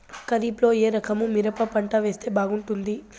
ఖరీఫ్ లో ఏ రకము మిరప పంట వేస్తే బాగుంటుంది